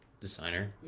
designer